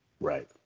right